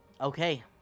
Okay